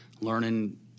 learning